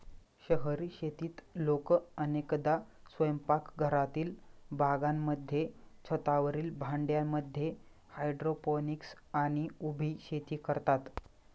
शहरी शेतीत लोक अनेकदा स्वयंपाकघरातील बागांमध्ये, छतावरील भांड्यांमध्ये हायड्रोपोनिक्स आणि उभी शेती करतात